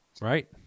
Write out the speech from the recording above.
Right